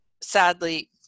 sadly